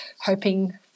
hoping